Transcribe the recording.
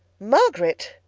margaret,